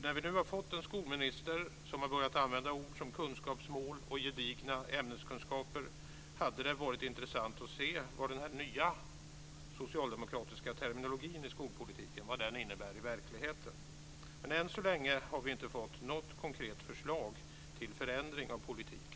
När vi nu har fått en skolminister som har börjat använda ord som "kunskapsmål" och "gedigna ämneskunskaper" hade det varit intressant att se vad den nya socialdemokratiska terminologin i skolpolitiken innebär i verkligheten. Men än så länge har vi inte fått något konkret förslag till förändring av politiken.